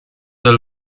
dal